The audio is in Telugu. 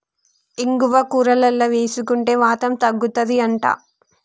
ఇంగువ కూరలల్ల వేసుకుంటే వాతం తగ్గుతది అంట